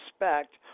respect